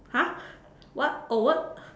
!huh! what a word